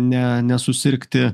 ne nesusirgti